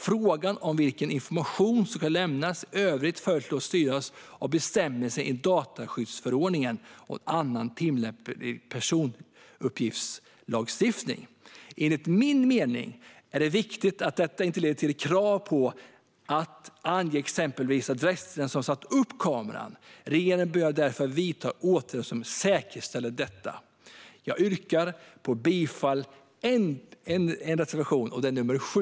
Frågan om vilken information som ska lämnas i övrigt föreslås styras av bestämmelser i dataskyddsförordningen och annan tillämplig personuppgiftslagstiftning. Enligt min mening är det viktigt att detta inte leder till ett krav på att ange exempelvis adress till den som har satt upp kameran. Regeringen bör därför vidta åtgärder som säkerställer detta. Jag yrkar bifall till reservation nr 7.